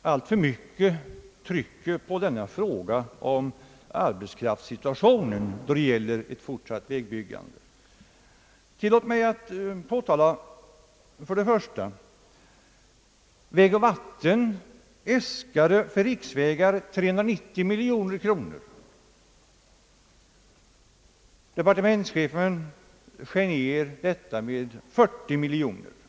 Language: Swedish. Herr talman! På en enda punkt skall jag bemöta både herr Bengtson och herr Persson. Jag tycker att herrarna alltför mycket trycker på arbetskraftssituationen då det gäller ett fortsatt vägbyggande. Tillåt mig att framhålla följande. Vägoch vattenbyggnadsstyrelsen äskade för riksvägar ett anslag på 390 miljoner kronor. Departementschefen skar ned detta med 40 miljoner kronor.